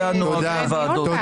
זה הנוהג בוועדות.